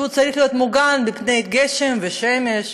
שהוא צריך להיות מוגן מפני גשם ושמש,